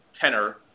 tenor